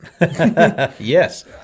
Yes